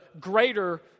greater